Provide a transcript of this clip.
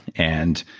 and